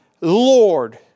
Lord